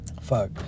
Fuck